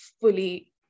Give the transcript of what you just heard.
fully